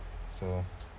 so